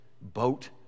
boat